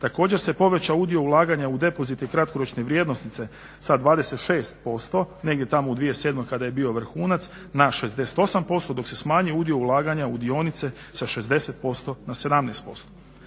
Također se povećao udio ulaganja u depozite kratkoročne vrijednosnice sa 26% negdje tamo u 2007. kada je bio vrhunac na 68%, dok se smanjio udio ulaganja u dionice sa 60% na 17%.